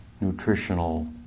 nutritional